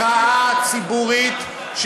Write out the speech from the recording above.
מחאה ציבורית,